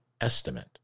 estimate